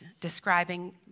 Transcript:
describing